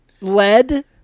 lead